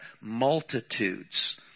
multitudes